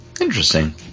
Interesting